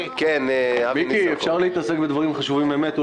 מיקי, אפשר להתעסק בדברים חשובים באמת?